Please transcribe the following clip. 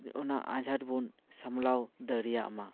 ᱚᱱᱟ ᱟᱸᱡᱷᱟᱴ ᱵᱚᱱ ᱥᱟᱢᱞᱟᱣ ᱫᱟᱲᱮᱭᱟᱜ ᱢᱟ